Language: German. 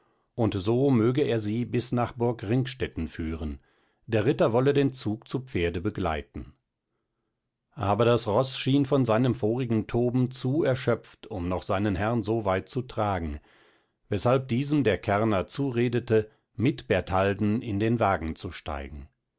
und so möge er sie bis nach burg ringstetten führen der ritter wolle den zug zu pferde begleiten aber das roß schien von seinem vorigen toben zu erschöpft um noch seinen herrn so weit zu tragen weshalb diesem der kärrner zuredete mit bertalden in den wagen zu steigen